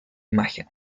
imagen